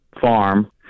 farm